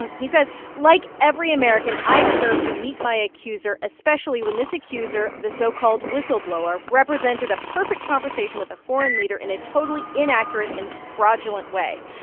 and he says, like every american, i deserve to meet my accuser, especially when this accuser, the so-called whistleblower, represented a perfect conversation with a foreign leader in a totally inaccurate and fraudulent way.